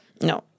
no